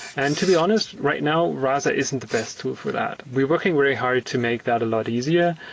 and to be honest, right now, rasa isn't the best tool for that. we're working very hard to make that a lot easier,